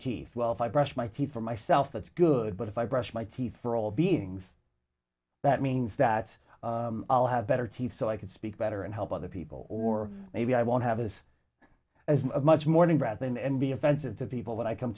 teeth well if i brush my teeth for myself that's good but if i brush my teeth for all beings that means that i'll have better teeth so i can speak better and help other people or maybe i won't have is as much mourning breath and be offensive to people that i come